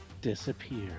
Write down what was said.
disappear